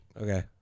Okay